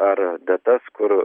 ar datas kur